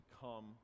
come